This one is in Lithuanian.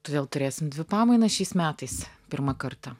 todėl turėsim dvi pamainas šiais metais pirmą kartą